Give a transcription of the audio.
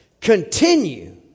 continue